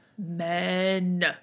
Men